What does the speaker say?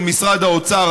של משרד האוצר,